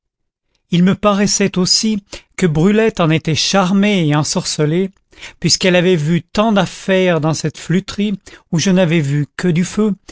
il me paraissait aussi que brulette en était charmée et ensorcelée puisqu'elle avait vu tant d'affaires dans cette flûterie où je n'avais vu que du feu